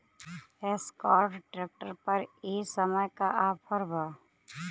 Escort tractor पर ए समय का ऑफ़र बा?